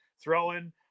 throwing –